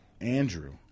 andrew